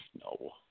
No